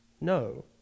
No